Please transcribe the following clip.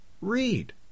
read